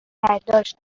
برداشت